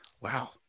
Wow